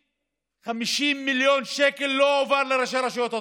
מ-50 מיליון שקל לא הועברו לראשי הרשויות הדרוזיות,